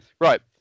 Right